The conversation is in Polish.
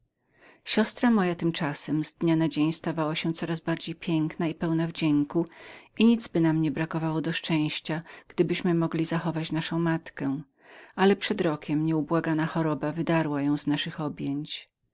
siostra moja tymczasem z każdą chwilą wzrastała w piękność i wdzięki i nic nie byłoby brakowało do naszego szczęścia gdybyśmy byli mogli zachować naszą matkę ale rok temu nieubłagana choroba wydarła ją z naszych objęć